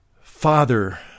Father